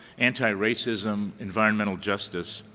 anti-racism, environmental justice,